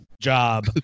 job